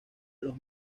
los